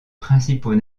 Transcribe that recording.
principaux